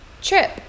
trip